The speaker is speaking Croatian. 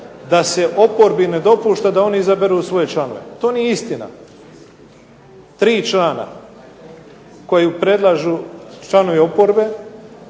da se oporbi ne dopušta da oni izaberu svoje članove. To nije istina. Tri člana koja predlažu članovi oporbe